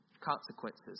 Consequences